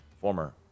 former